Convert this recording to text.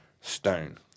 stone